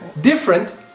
Different